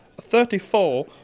Thirty-four